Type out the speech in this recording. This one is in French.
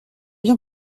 bien